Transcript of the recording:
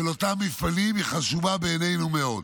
של אותם מפעלים, היא חשובה בעינינו מאוד.